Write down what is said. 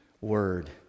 word